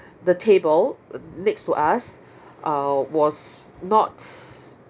the table next to us uh was not